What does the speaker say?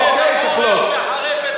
הוא אומר שיחרף את,